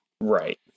Right